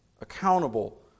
accountable